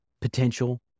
potential